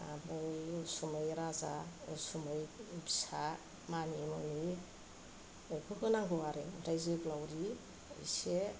आमफ्राय उसुमै राजा उसुमै फिसा मानि मुनि बेखौ होनांगौ आरो ओमफ्राय जोग्लाउरि इसे होनांगौ